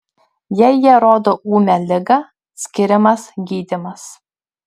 jei jie rodo ūmią ligą skiriamas gydymas